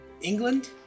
England